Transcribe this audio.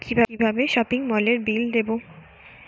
কিভাবে সপিং মলের বিল দেবো?